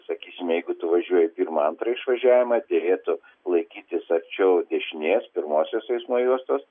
sakysime jeigu tu važiuoji į pirmą antrą išvažiavimą derėtų laikytis arčiau dešinės pirmosios eismo juostos